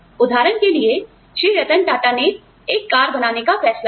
उदाहरण के लिए श्री रतन टाटा ने एक कार बनाने का फैसला किया